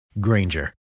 Granger